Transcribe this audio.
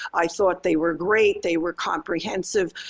i thought they were great. they were comprehensive.